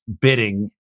bidding